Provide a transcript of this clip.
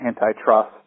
antitrust